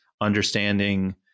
understanding